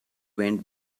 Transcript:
went